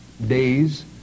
days